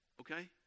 Okay